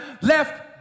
left